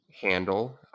handle